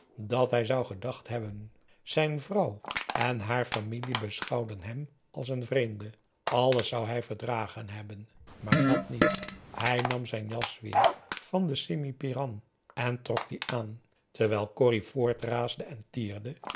dat hij zou gedacht hebben zijn vrouw en haar familie beschouwden hem als een vreemde alles zou hij verdragen hebben maar dàt niet hij nam zijn jas weêr van den sempiran en trok die aan terwijl corrie voort raasde en tierde